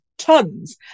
tons